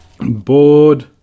board